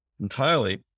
entirely